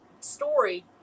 story